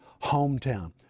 hometown